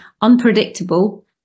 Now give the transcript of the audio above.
unpredictable